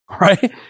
right